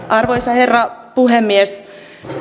arvoisa herra puhemies